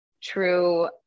true